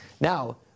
Now